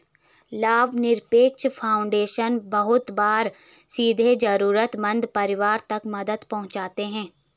लाभनिरपेक्ष फाउन्डेशन बहुत बार सीधे जरूरतमन्द परिवारों तक मदद पहुंचाते हैं